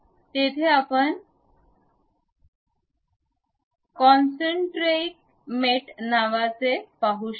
येथे आपण कॉन्सन्ट्रेटइक मॅट नावाचे पाहू शकता